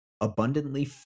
abundantly